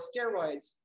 steroids